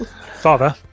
Father